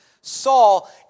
Saul